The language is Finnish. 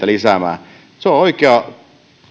lisäämään se on oikeaa